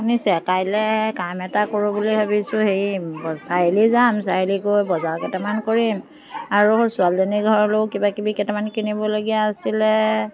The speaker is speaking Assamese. শুনিছে কাইলে কাম এটা কৰোঁ বুলি ভাবিছোঁ হেৰি ব চাৰিআলি যাম চাৰিআলি গৈ বজাৰ কেইটামান কৰিম আৰু ছোৱালীজনীৰ ঘৰলৈও কিবাকিবি কেটামান কিনিবলগীয়া আছিলে